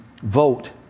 vote